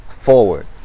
forward